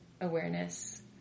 awareness